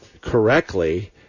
correctly